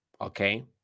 okay